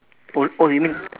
oh oh you mean